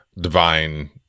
Divine